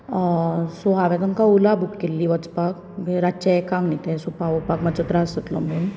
so हावें तुमकां Ola book केल्ली वचपाक रातचें एकाक न्ही तें सो पावोवपाक मातसो त्रास जातलो म्हूण